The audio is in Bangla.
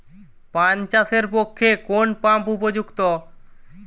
পান চাষের পক্ষে কোন পাম্প উপযুক্ত?